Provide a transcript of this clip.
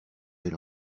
elle